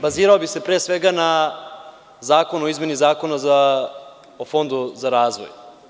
Bazirao bih se pre svega na Zakon o izmeni Zakona o Fondu za razvoj.